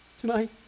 tonight